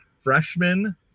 freshman